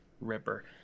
Ripper